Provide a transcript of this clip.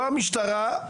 המשטרה,